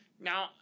Now